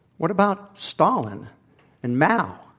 what about stalin and mao,